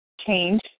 change